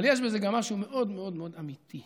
אבל יש בזה גם משהו מאוד מאוד מאוד אמיתי.